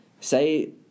say